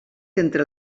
entre